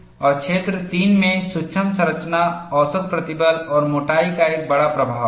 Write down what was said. और क्षेत्र 3 में सूक्ष्म संरचना औसत प्रतिबल और मोटाई का एक बड़ा प्रभाव है